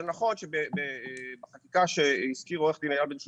זה נכון שבחקיקה שהזכיר עורך הדין אייל בן שושן,